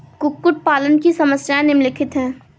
कुक्कुट पालन की समस्याएँ निम्नलिखित हैं